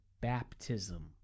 baptism